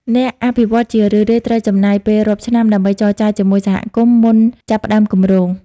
អ្នកអភិវឌ្ឍន៍ជារឿយៗត្រូវចំណាយពេលរាប់ឆ្នាំដើម្បីចរចាជាមួយសហគមន៍ មុនចាប់ផ្ដើមគម្រោង។